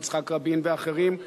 ויצחק רבין ואחרים.